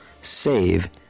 Save